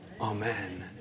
Amen